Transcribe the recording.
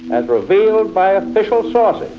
and revealed by official sources,